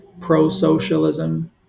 pro-socialism